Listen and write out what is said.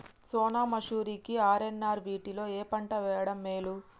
సోనా మాషురి కి ఆర్.ఎన్.ఆర్ వీటిలో ఏ పంట వెయ్యడం మేలు?